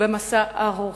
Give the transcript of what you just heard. במסע ארוך,